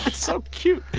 it's so cute